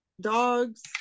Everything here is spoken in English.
dogs